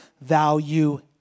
value